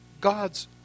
God's